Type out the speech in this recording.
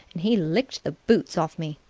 and he licked the boots off me.